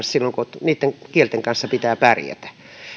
silloin kun niitten kielten kanssa pitää pärjätä